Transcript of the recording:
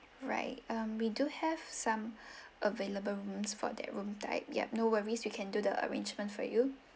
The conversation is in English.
right um we do have some available rooms for that room type yup no worries we can do the arrangement for you